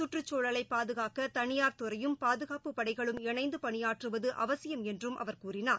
சுற்றுசூழலை பாதுகாக்க தனியார் துறையும் பாதுகாப்பு படைகளும் இணைந்து பணியாற்றுவது அவசியம் என்றும் அவர் கூறினார்